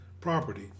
property